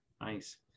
Nice